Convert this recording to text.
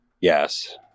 yes